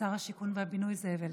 שר השיכון והבינוי זאב אלקין.